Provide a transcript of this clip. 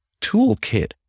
toolkit